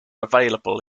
available